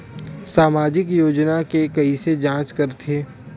सामाजिक योजना के कइसे जांच करथे?